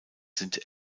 sind